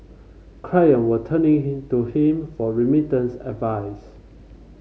client were turning to him for remittance advice